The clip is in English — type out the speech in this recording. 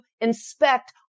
inspect